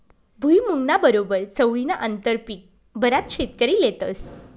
भुईमुंगना बरोबर चवळीनं आंतरपीक बराच शेतकरी लेतस